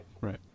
Right